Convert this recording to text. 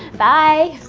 bye!